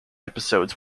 episodes